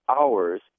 hours